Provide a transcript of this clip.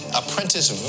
apprentice